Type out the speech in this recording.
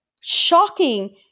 shocking